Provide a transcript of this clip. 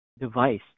device